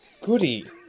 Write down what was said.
goody